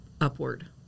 upward